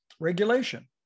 regulation